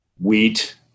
wheat